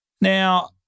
Now